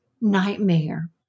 nightmare